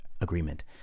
agreement